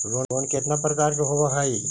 Loan केतना प्रकार के होव हइ?